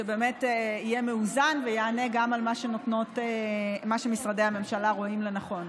שבאמת יהיה מאוזן ויענה גם על מה שמשרדי הממשלה רואים לנכון.